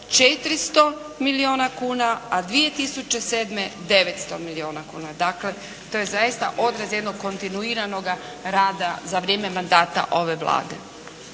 400 milijuna kuna, a 2007. 900 milijuna kuna. Dakle, to je zaista odraz jednog kontinuiranoga rada za vrijeme mandata ove Vlade.